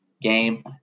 game